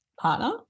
partner